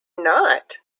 not